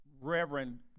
Reverend